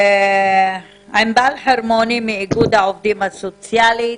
ענבל חרמוני מאיגוד העובדים הסוציאליים.